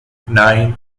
nine